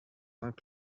saint